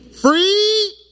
Free